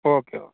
okay okay